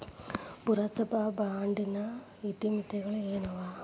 ಪುರಸಭಾ ಬಾಂಡಿನ ಇತಿಮಿತಿಗಳು ಏನವ?